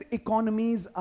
economies